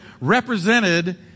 represented